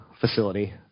facility